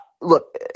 Look